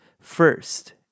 first